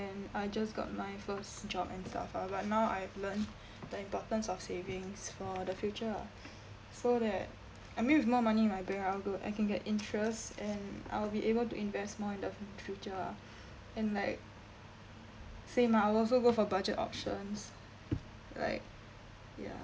and I just got my first job and stuff lah but now I've learnt the importance of savings for the future ah so that I mean with more money in my bank I'll go I can get interest and I'll be able to invest more in the future ah and like same ah I'll also go for budget options like ya